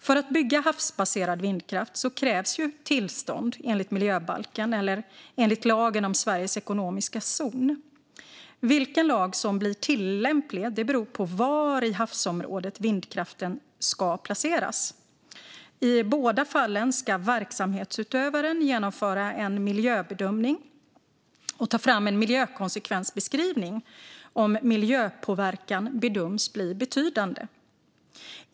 För att bygga havsbaserad vindkraft krävs tillstånd enligt miljöbalken eller enligt lagen om Sveriges ekonomiska zon. Vilken lag som blir tillämplig beror på var i havsområdet vindkraften ska placeras. I båda fallen ska verksamhetsutövaren genomföra en miljöbedömning och ta fram en miljökonsekvensbeskrivning om miljöpåverkan bedöms bli betydande.